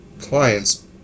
clients